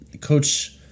Coach